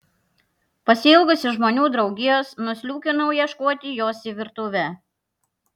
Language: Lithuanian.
pasiilgusi žmonių draugijos nusliūkinau ieškoti jos į virtuvę